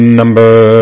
number